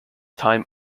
time